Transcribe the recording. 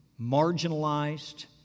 marginalized